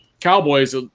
cowboys